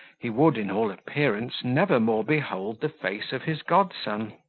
he would, in all appearance, never more behold the face of his godson.